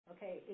Okay